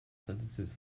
sentences